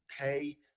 Okay